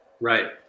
right